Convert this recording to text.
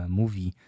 mówi